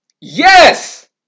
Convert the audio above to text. Yes